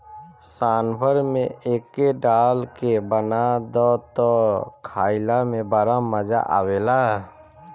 सांभर में एके डाल के बना दअ तअ खाइला में बड़ा मजा आवेला